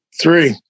Three